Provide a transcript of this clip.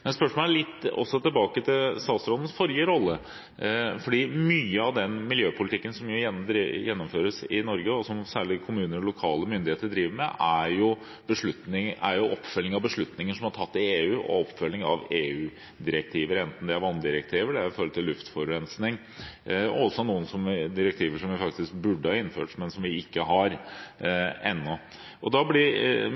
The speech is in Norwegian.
Litt tilbake til statsrådens forrige rolle. Mye av den miljøpolitikken som gjennomføres i Norge og som særlig kommuner og lokale myndigheter driver med, er oppfølging av beslutninger som er tatt i EU og oppfølging av EU-direktiver, enten det er vanndirektiver eller om luftforurensning, og også noen direktiver som vi burde ha innført, men som vi ikke har ennå.